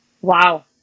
Wow